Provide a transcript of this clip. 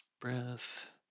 breath